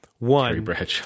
One